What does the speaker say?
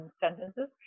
sentences